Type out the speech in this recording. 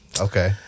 Okay